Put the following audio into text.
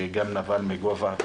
שגם נפל מגובה.